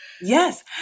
Yes